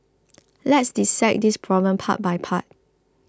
let's dissect this problem part by part